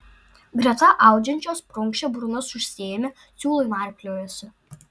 greta audžiančios prunkščia burnas užsiėmę siūlai narpliojasi